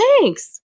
thanks